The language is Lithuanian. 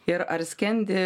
ir ar skendi